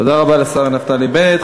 תודה רבה לשר נפתלי בנט.